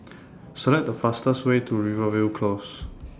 Select The fastest Way to Rivervale Close